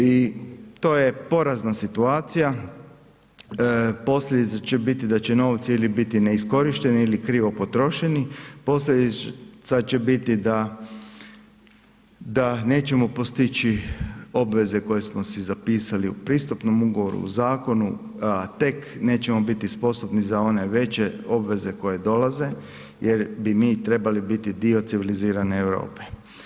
I to je porazna situacija, posljedica će biti da će novci ili biti neiskorišteni ili krivo potrošeni, posljedica će biti da nećemo postići obveze koje smo si zapisali u pristupnom ugovoru u zakonu a tek nećemo biti sposobni za one veće obveze koje dolaze jer bi mi trebali biti dio civilizirane Europe.